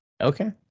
Okay